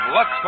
Lux